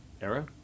era